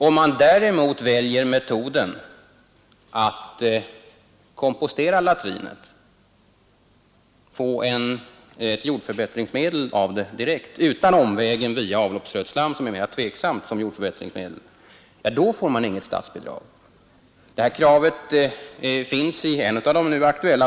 Om man däremot väljer metoden att kompostera latrinet och få ett jordförbättringsmedel av det direkt — utan omvägen via avloppsrötslam, som är ett mera tveksamt jordförbättringsmedel — då får man inget statsbidrag.